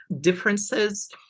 differences